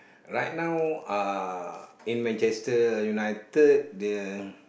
right now uh in Manchester-United the